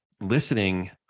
listening